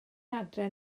adre